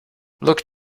look